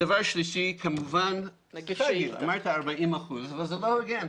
הדבר השלישי, אמרתם 40 אחוזים אבל זה לא הוגן.